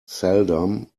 seldom